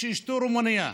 אשתו רומנייה.